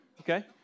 okay